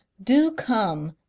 do come,